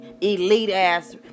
elite-ass